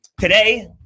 today